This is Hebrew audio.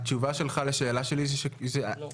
התשובה שלך לשאלה שלי היא שכן,